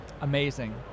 Amazing